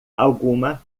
alguma